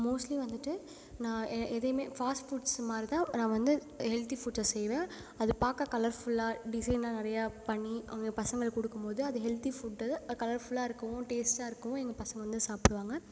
mostly வந்துவிட்டு நான் எ எதையுமே ஃபாஸ்ட் ஃபுட்ஸ் மாரி தான் நான் வந்து ஹெல்த்தி ஃபுட்ஸை செய்வேன் அது பார்க்க கலர்ஃபுல்லாக டிசைன்லாம் நிறையா பண்ணி அவங்க பசங்களுக்கு கொடுக்கும்போது அது ஹெல்த்தி ஃபுட்டு அது கலர்ஃபுல்லாக இருக்கவும் டேஸ்ட்டாக இருக்கவும் எங்கள் பசங்க வந்து சாப்பிடுவாங்க